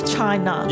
China